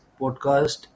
podcast